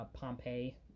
Pompeii